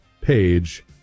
page